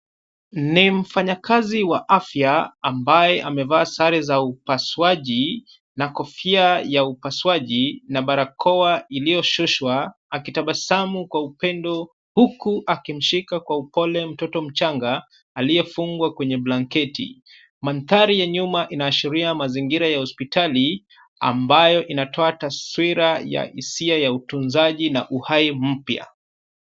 Ni mfanyakazi wa afya ambaye amevaa sare za upasuaji na kofia ya upasuaji na barakoa iliyoshushwa, akitabasamu kwa upendo huku akimshika kwa upole mtoto mchanga aliyefungwa kwenye blanketi. Mandhari ya nyuma inaashiria mazingira ya hospitali, ambayo inatoa taswira ya hisia ya utunzaji na uhai mpya.